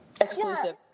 Exclusive